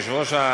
היושב-ראש.